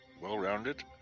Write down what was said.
well-rounded